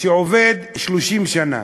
שעובד 30 שנה,